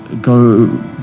Go